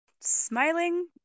Smiling